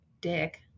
dick